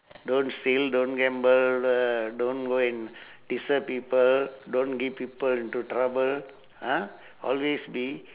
don't steal don't gamble uh don't go and disturb people don't get people into trouble ha always be